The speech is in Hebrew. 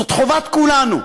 זאת חובת כולנו.